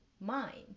mind